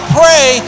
pray